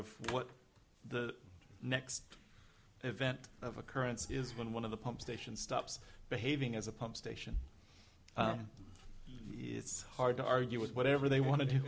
of the next event of occurrence is when one of the pump stations stops behaving as a pump station it's hard to argue with whatever they want to do